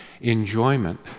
enjoyment